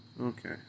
Okay